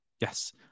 Yes